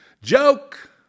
Joke